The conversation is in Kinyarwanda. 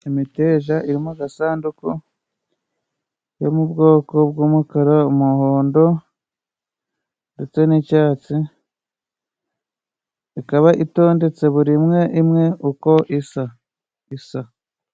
Imiteja iri mu gasanduku yo mu bwoko bw'umukara, umuhondo ndetse n'icyatsi, ikaba itondetse buri imwe imwe uko isa isa.